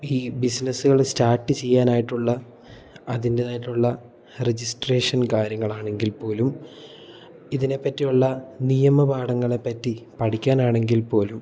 ഈ ബിസിനസ്സുകൾ സ്റ്റാർട്ട് ചെയ്യാനായിട്ടുള്ള അതിൻ്റെതായിട്ടുള്ള റെജിസ്ട്രേഷൻ കാര്യങ്ങൾ ആണെങ്കിൽ പോലും ഇതിനെപ്പറ്റിയുള്ള നിയമ പാഠങ്ങളെപ്പറ്റി പഠിക്കാൻ ആണെങ്കിൽ പോലും